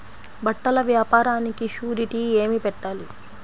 బట్టల వ్యాపారానికి షూరిటీ ఏమి పెట్టాలి?